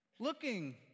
Looking